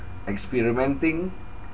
experimenting